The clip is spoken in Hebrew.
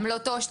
עמלות עו"ש,